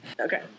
Okay